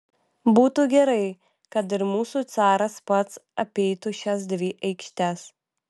būtų gerai kad ir mūsų caras pats apeitų šias dvi aikštes